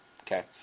Okay